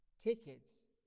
Tickets